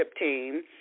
Team